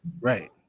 Right